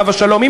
עליו השלום,